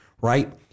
Right